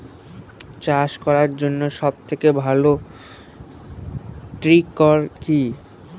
চাষ করার জন্য সবথেকে ভালো ট্র্যাক্টর কি?